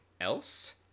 else